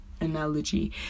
analogy